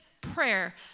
prayer